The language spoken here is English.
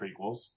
prequels